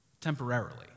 temporarily